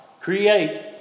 create